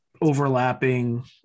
overlapping